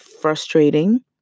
frustrating